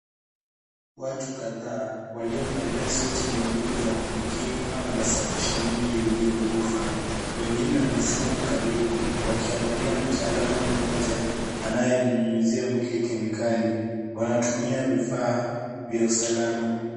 Watu kadhaa waliovalia suti nyeupe za kujikinga wanasafisha mwili uliokufa. Mwingine ameshikilia karibu wakiangalia mtaalamu mmoja, anayenyunyuzia mwili kemikali . Wanatumia vifaa vya usalama.